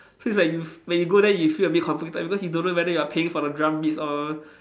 so it's like you f~ when you go there you feel a bit conflicted because you don't know whether you are paying for the drum beats or